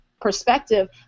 perspective